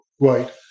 right